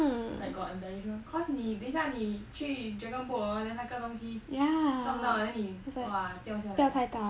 like got embellishment cause 你等下你去 dragon boat hor then 那个东西撞到 then 你 !wah! 掉下来